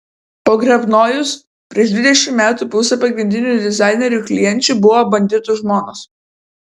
pogrebnojus prieš dvidešimt metų pusė pagrindinių dizainerių klienčių buvo banditų žmonos